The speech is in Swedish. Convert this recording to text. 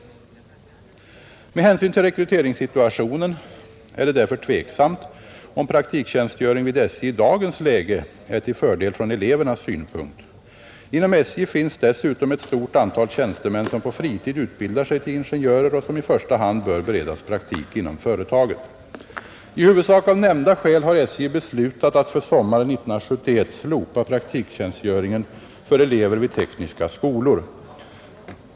Med hänsyn till rekryteringssituationen är det därför tveksamt om praktiktjänstgöring vid SJ i dagens läge är till fördel från elevernas synpunkt. Inom SJ finns dessutom ett stort antal tjänstemän som på fritid utbildar sig till ingenjörer och som i första hand bör beredas praktik inom företaget. I huvudsak av nämnda skäl har SJ beslutat att för sommaren 1971 slopa praktiktjänstgöringen för elever vid tekniska skolor.